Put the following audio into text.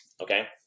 okay